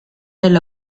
del